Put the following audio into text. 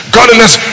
Godliness